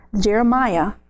Jeremiah